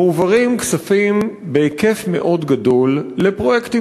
מועברים כספים בהיקף מאוד גדול לפרויקטים